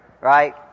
Right